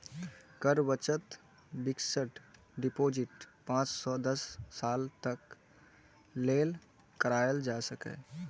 कर बचत fixed deposit पांच सं दस साल तक लेल कराएल जा सकैए